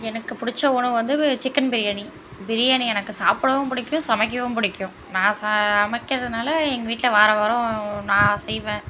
எனக்குப் பிடிச்ச உணவு வந்து சிக்கன் பிரியாணி பிரியாணி எனக்கு சாப்பிடவும் பிடிக்கும் சமைக்கவும் பிடிக்கும் நான் சா சமைக்கிறதுனால் எங்கள் வீட்டில் வாரம் வாரம் நான் செய்வேன்